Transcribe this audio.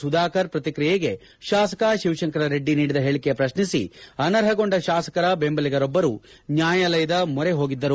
ಸುಧಾಕರ್ ಪ್ರಕ್ರಿಯೆಗೆ ಶಾಸಕ ಶಿವಶಂಕರರೆಡ್ಡಿ ನೀಡಿದ ಹೇಳಿಕೆ ಪ್ರತ್ನಿಸಿ ಅನರ್ಹಗೊಂಡ ಶಾಸಕರ ಬೆಂಬಲಿಗರೊಬ್ಲರು ನ್ನಾಯಾಲಯದ ಮೊರೆ ಹೋಗಿದ್ದರು